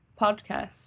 podcast